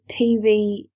TV